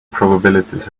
probabilities